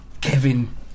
Kevin